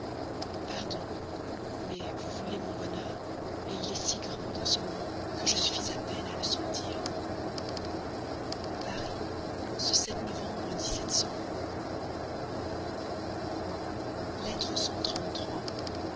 pardon mais vous voulez mon bonheur il est si grand dans ce moment que je suffis à peine à le sentir paris ce novembre